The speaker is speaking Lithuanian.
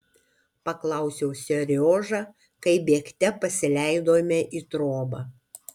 paklausiau seriožą kai bėgte pasileidome į trobą